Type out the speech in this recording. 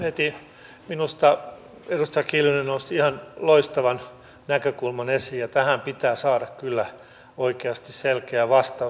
tähän minusta edustaja kiljunen nosti ihan loistavan näkökulman esiin ja tähän pitää saada kyllä oikeasti selkeä vastaus